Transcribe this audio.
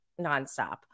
nonstop